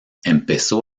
empezó